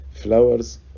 flowers